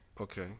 Okay